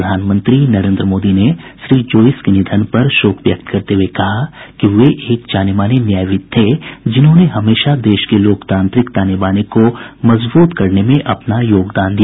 प्रधानमंत्री नरेंद्र मोदी ने श्री जोईस के निधन पर शोक व्यक्त करते हुए कहा कि वे एक जाने माने न्यायविद थे जिन्होंने हमेशा देश के लोकतांत्रिक ताने बाने को मजबूत बनाने में अपना योगदान दिया